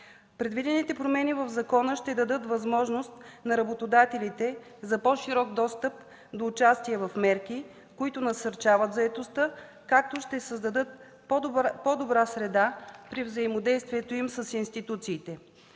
Предвидените промени в закона ще дадат възможност на работодателите за по-широк достъп за участие в мерки, които насърчават заетостта, както ще създадат по-добра среда при взаимодействието им с институциите.